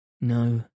No